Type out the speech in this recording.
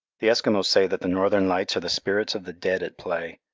the eskimos say that the northern lights are the spirits of the dead at play,